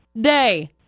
day